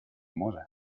mosè